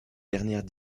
dernières